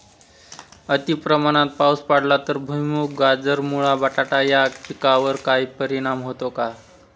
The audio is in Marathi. अतिप्रमाणात पाऊस पडला तर भुईमूग, गाजर, मुळा, बटाटा या पिकांवर काही परिणाम होतो का?